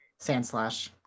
Sandslash